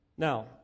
Now